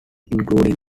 including